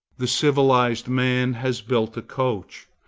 the civilized man has built a coach,